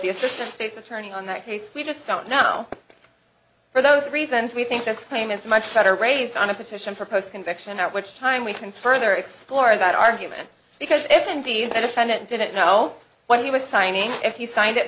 the assistant state's attorney on that basis we just don't know for those reasons we think this claim is much better raised on a petition for post conviction at which time we can further explore that argument because if indeed the defendant didn't know what he was signing if you signed it